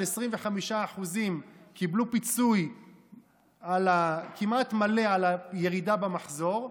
25% פיצוי כמעט מלא על הירידה במחזור,